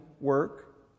work